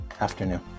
afternoon